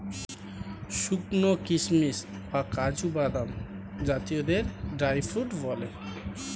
শুকানো কিশমিশ বা কাজু বাদাম জাতীয়দের ড্রাই ফ্রুট বলে